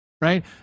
right